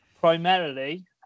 primarily